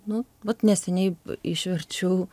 nu vat neseniai išverčiau